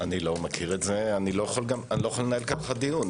לא ולא יכול לנהל כך דיון.